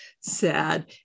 sad